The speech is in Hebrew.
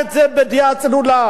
בני-אנוש אנחנו,